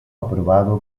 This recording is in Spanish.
aprobado